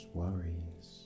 worries